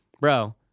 Bro